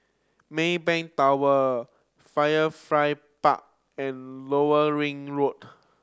Maybank Tower Firefly Park and Lower Ring Road